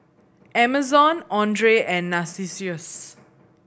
Amazon Andre and Narcissus